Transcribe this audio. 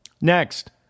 Next